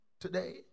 Today